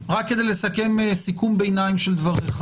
לסכם סיכום ביניים של דבריך